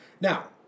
Now